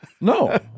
No